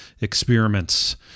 experiments